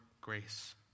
grace